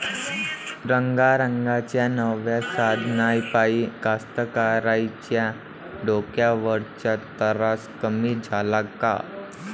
रंगारंगाच्या नव्या साधनाइपाई कास्तकाराइच्या डोक्यावरचा तरास कमी झाला का?